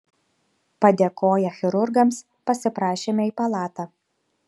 padėkoję chirurgams pasiprašėme į palatą